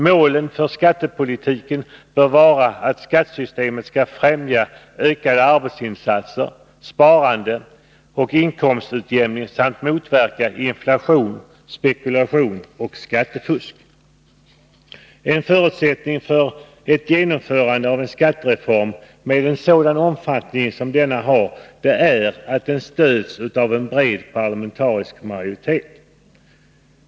Målen för skattepolitiken bör vara att skattesystemet skall främja ökade arbetsinsatser, sparande och inkomstutjämning samt motverka inflation, spekulation och skattefusk. En förutsättning för ett genomförande av en skattereform med en sådan omfattning som denna har är att den stöds av en bred parlamentarisk majoritet.